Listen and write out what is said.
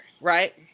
right